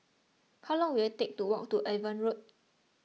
how long will it take to walk to Avon Road